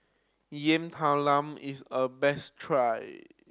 Yam Talam is a best try